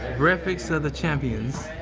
breakfast of the champions.